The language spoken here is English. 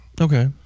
Okay